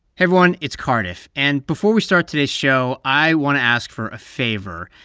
everyone. it's cardiff. and before we start today's show, i want to ask for a favor.